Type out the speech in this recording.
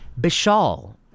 Bishal